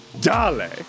Dale